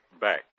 back